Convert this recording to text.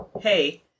hey